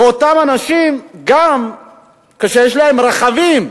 ואותם אנשים, גם כשיש להם רכבים,